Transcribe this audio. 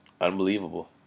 unbelievable